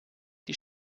die